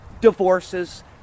divorces